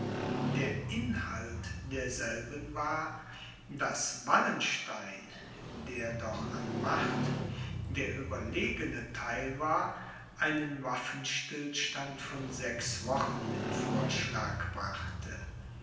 der inhalt derselben war daß wallenstein der doch an macht der überlegene theil war einen waffenstillstand von sechs wochen in vorschlag brachte